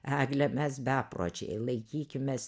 egle mes bepročiai laikykimės